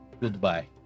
Goodbye